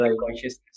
consciousness